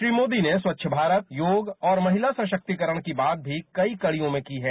श्री मोदी ने खच्छ भारत योग और महिला सरक्तीकरण की बात भी कई कड़ियों में की है